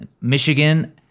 Michigan